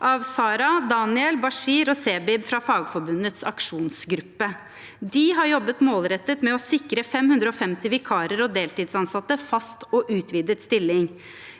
av Sarah, Daniell, Bashir og Zebib fra Fagforbundets aksjonsgruppe. De har jobbet målrettet med å sikre 550 vikarer og deltidsansatte fast og utvidet stilling.